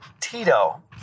Tito